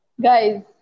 guys